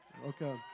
Okay